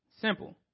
Simple